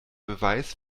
beweis